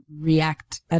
react